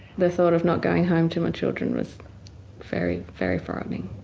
the thought of not going home to my children was very, very frightening.